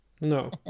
No